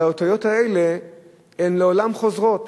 אבל הטעויות האלה הן לעולם חוזרות,